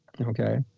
Okay